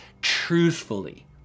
truthfully